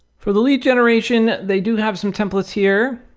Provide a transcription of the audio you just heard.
for the lead generation, they do have some templates here,